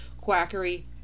quackery